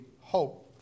hope